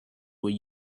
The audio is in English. were